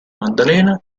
maddalena